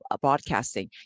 broadcasting